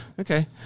okay